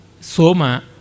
Soma